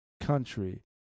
country